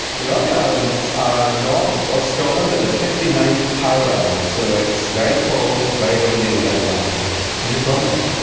the orkney islands are north of scotland at the fifty ninth parallel, so it's very cold, very windy and very wild. and you're from there.